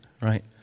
right